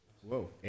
Whoa